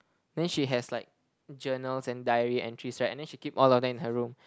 then she has like journals and diary entries right and then she keep all of them in her room